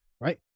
right